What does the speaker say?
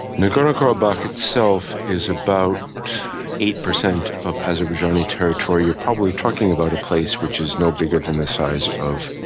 nagorno-karabakh itself is about eight percent of azerbaijani territory. you're probably talking about a place which is no bigger than the size of,